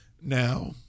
Now